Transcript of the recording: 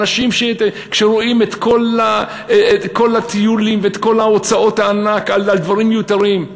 אנשים שרואים את כל הטיולים ואת כל הוצאות הענק על דברים מיותרים,